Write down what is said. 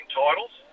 titles